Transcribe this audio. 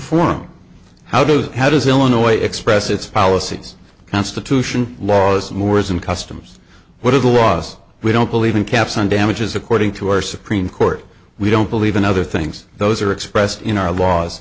form how does how does illinois express its policies constitution laws and wars and customs what are the laws we don't believe in caps on damages according to our supreme court we don't believe in other things those are expressed in our laws